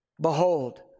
Behold